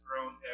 grown